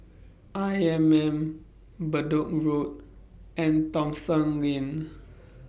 I M M Bedok Road and Thomson Lane